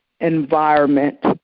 environment